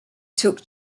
took